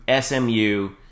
SMU